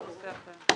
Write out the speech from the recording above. זה נושא אחר.